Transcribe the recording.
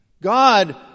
God